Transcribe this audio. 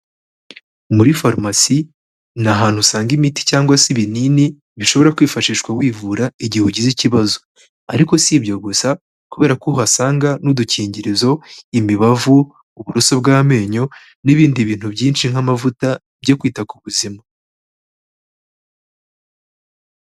Muri farumasi, ni ahantu usanga imiti cyangwa se ibinini, bishobora kwifashishwa wivura, igihe ugize ikibazo. Ariko si ibyo gusa, kubera ko uhasanga n'udukingirizo, imibavu, uburoso bw'amenyo, n'ibindi bintu byinshi nk'amavuta, byo kwita ku buzima.